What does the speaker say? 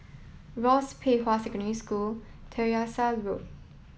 Rosyth Pei Hwa Secondary School Tyersall Road